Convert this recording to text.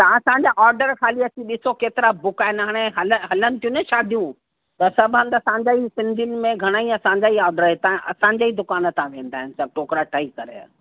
तव्हां असांजा ऑडर ख़ाली अची ॾिसो केतिरा बुक आहिनि हाणे हल हलनि थियूं न शादियूं त सभु हंधु असांजा ई सिंधियुनि में घणेई असांजा ई ऑडर हितां असांजा ई दुकान तव्हां वेंदा आहिनि सभु टोकरा ठही करे